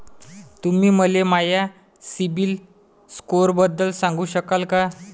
तुम्ही मले माया सीबील स्कोअरबद्दल सांगू शकाल का?